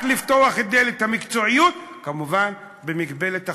רק לפתוח את דלת המקצועיות, כמובן במגבלת החוק,